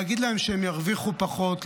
להגיד להם שהם ירוויחו פחות,